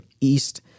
East